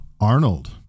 Arnold